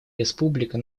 республика